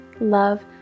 love